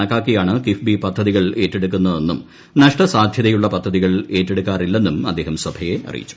കണക്കാക്കിയാണ് കിഫ്ബി പദ്ധതികൾ ഏറ്റെടുക്കുന്നതെന്നും നഷ്ട സാധ്യതയുള്ള പദ്ധതികൾ ഏറ്റെടുക്കാറില്ലെന്നും അദ്ദേഹം സഭയെ അറിയിച്ചു